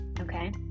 okay